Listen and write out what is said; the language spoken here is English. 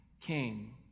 King